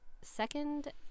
second